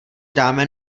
dáme